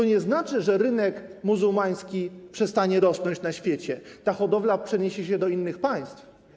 To nie znaczy, że rynek muzułmański przestanie rosnąć na świecie, ta hodowla przeniesie się do innych państw.